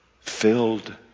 filled